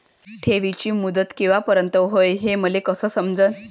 ठेवीची मुदत कवापर्यंत हाय हे मले कस समजन?